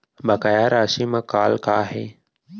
बकाया राशि मा कॉल का हे?